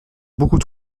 beaucoup